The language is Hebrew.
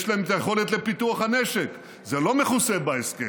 יש להם את היכולת לפיתוח הנשק, זה לא מכוסה בהסכם.